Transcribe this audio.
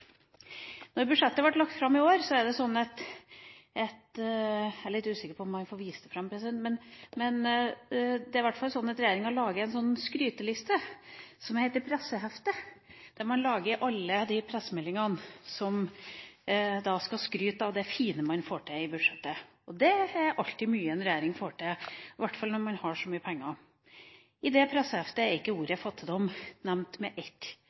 når man skal skryte av det fine man får til i budsjettet. Det er alltid mye en regjering får til, i hvert fall når man har så mye penger. I det presseheftet er ikke ordet «fattigdom» nevnt med ett